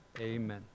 amen